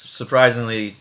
surprisingly